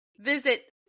visit